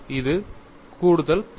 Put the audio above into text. இது கூடுதல் பகுதி